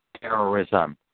terrorism